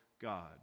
God